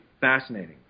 fascinating